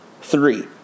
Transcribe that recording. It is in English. three